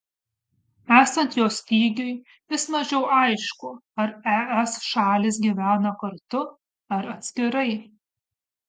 esant jo stygiui vis mažiau aišku ar es šalys gyvena kartu ar atskirai